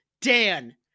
Dan